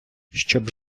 щоб